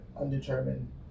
undetermined